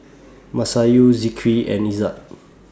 Masayu Zikri and Izzat